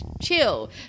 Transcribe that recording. chill